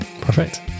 perfect